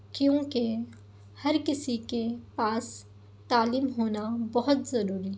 کیونکہ ہر کسی کے پاس تعلیم ہونا بہت ضروری ہے